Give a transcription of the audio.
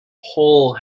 hole